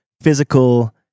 physical